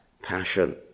Passion